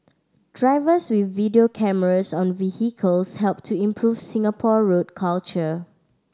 drivers with video cameras on vehicles help to improve Singapore road culture